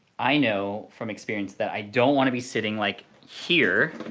i know from experience that i don't want to be sitting, like, here.